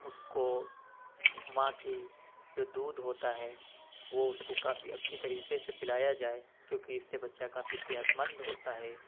اس کو ماں کی جو دودھ ہوتا ہے وہ اس کو کافی اچھی طریقے سے پلایا جائے کیونکہ اس سے بچہ کافی صحت مند ہوتا ہے